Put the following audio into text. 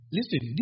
Listen